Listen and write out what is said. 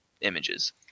images